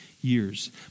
years